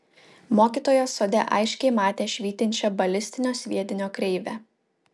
mokytojas sode aiškiai matė švytinčią balistinio sviedinio kreivę